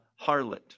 harlot